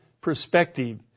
perspective